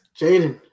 Jaden